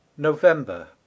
November